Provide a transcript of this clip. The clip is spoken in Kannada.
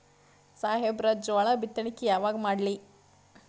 ಸಾಹೇಬರ ಜೋಳ ಬಿತ್ತಣಿಕಿ ಯಾವಾಗ ಮಾಡ್ಲಿ?